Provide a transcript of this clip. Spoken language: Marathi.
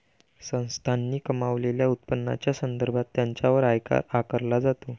संस्थांनी कमावलेल्या उत्पन्नाच्या संदर्भात त्यांच्यावर आयकर आकारला जातो